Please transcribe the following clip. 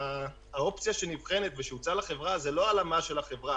האופציה שנבחנת ושהוצעה לחברה זה לא הלאמה של החברה,